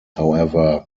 however